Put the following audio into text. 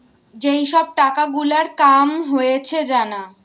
যেই সব টাকা গুলার কাম হয়েছে জানা